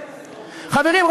חברים,